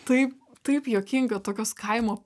tai taip juokinga tokios kaimo